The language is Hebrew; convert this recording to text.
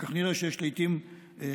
אחר כך נראה שיש לעיתים חפיפה: